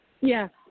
Yes